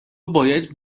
باید